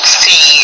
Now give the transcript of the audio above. see